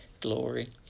glory